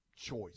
Choice